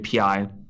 api